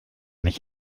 nicht